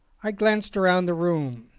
i glanced round the room.